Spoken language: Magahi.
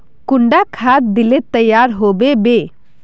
कुंडा खाद दिले तैयार होबे बे?